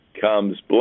comes